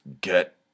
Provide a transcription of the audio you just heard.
get